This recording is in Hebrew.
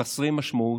חסרי משמעות,